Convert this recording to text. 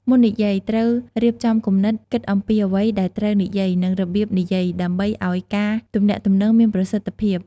មុននិយាយ ត្រូវរៀបចំគំនិត គិតអំពីអ្វីដែលត្រូវនិយាយ និងរបៀបនិយាយ ដើម្បីឱ្យការទំនាក់ទំនងមានប្រសិទ្ធភាព។